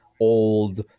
old